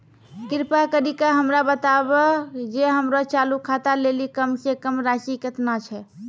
कृपा करि के हमरा बताबो जे हमरो चालू खाता लेली कम से कम राशि केतना छै?